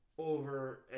Over